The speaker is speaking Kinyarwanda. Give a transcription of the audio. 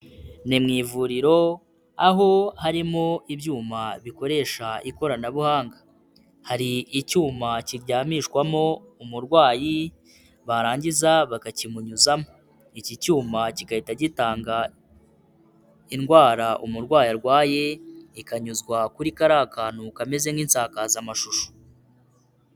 Ni mu ivuriro aho harimo ibyuma bikoresha ikoranabuhanga, hari icyuma kiryamishwamo umurwayi barangiza bakakimunyuzamo. Iki cyuma kigahita gitanga indwara umurwayi arwaye, ikanyuzwa kuri kariya kantu kameze nk'isakazamashusho.